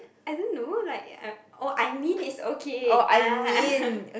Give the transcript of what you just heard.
I don't know like oh I mean it's okay ah